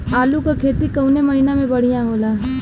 आलू क खेती कवने महीना में बढ़ियां होला?